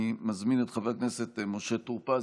אני מזמין את חבר הכנסת משה טור פז,